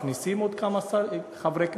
מכניסים עוד כמה חברי כנסת,